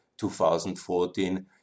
2014